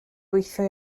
gweithio